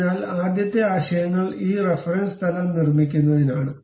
അതിനാൽ ആദ്യത്തെ ആശയങ്ങൾ ഈ റഫറൻസ് തലം നിർമ്മിക്കുന്നതിനാണ്